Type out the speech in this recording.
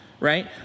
Right